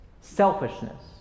selfishness